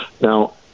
Now